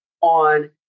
on